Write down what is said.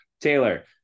Taylor